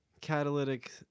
catalytic